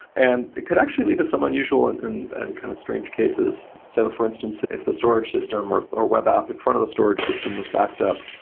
and it could actually lead to some unusual and and and kind of strange cases. so for instance, if the storage system or or web app in front of the storage system was backed up,